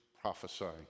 prophesying